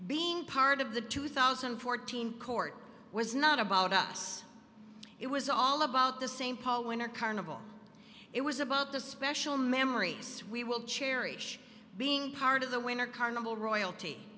being part of the two thousand and fourteen court was not about us it was all about the same paul winter carnival it was about the special memories we will cherish being part of the winter carnival royalty